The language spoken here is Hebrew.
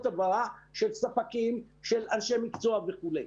הבהרה של ספקים ושל אנשי מקצוע וכולי.